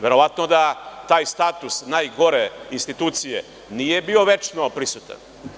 Verovatno da taj status najgore institucije nije bio večno prisutan.